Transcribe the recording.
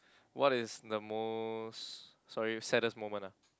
what is the most sorry saddest moment ah